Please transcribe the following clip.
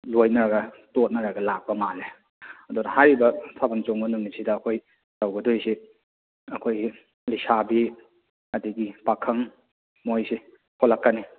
ꯂꯣꯏꯅꯔꯒ ꯇꯣꯠꯅꯔꯒ ꯂꯥꯛꯄ ꯃꯥꯜꯂꯦ ꯑꯗꯨꯅ ꯍꯥꯏꯔꯤꯕ ꯊꯥꯕꯜ ꯆꯣꯡꯕ ꯅꯨꯃꯤꯠꯁꯤꯗ ꯑꯩꯈꯣꯏ ꯇꯧꯒꯗꯣꯏꯁꯦ ꯑꯩꯈꯣꯏꯒꯤ ꯂꯩꯁꯥꯕꯤ ꯑꯗꯒꯤ ꯄꯥꯈꯪ ꯃꯣꯏꯁꯦ ꯊꯣꯛꯂꯛꯀꯅꯤ